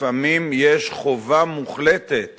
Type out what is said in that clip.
לפעמים יש חובה מוחלטת